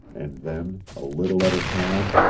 and then, a little at a time,